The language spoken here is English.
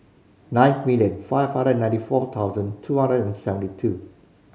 nine million five hundred and ninety four thousand two hundred and seventy two